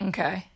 Okay